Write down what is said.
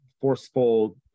forceful